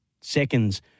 seconds